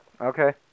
Okay